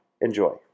enjoy